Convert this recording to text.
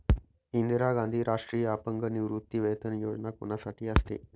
इंदिरा गांधी राष्ट्रीय अपंग निवृत्तीवेतन योजना कोणासाठी असते?